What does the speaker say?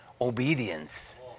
obedience